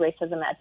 racism